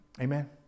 Amen